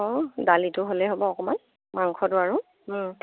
অঁ দালিটো হ'লেই হ'ব অকণমান মাংসটো আৰু